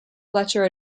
fletcher